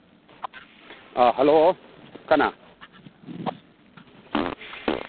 hello ꯀꯅꯥ